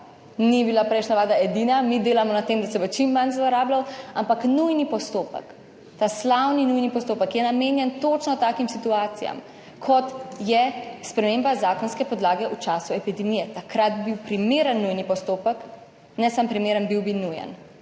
ni bila prejšnja vlada edina, mi delamo na tem, da se bo čim manj zlorabljal. Ampak nujni postopek, ta slavni nujni postopek je namenjen točno takim situacijam, kot je sprememba zakonske podlage v času epidemije, takrat bi bil primeren nujni postopek, ne samo primeren, bil bi nujen.